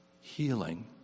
healing